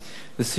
לסיום,